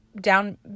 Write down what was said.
down